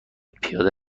پیاده